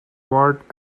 wart